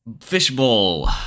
Fishbowl